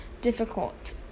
difficult